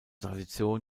tradition